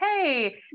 Hey